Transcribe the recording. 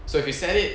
so if you sell it